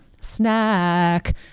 snack